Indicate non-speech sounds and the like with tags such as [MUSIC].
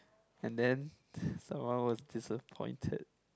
and then [BREATH] someone was disappointed